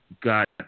got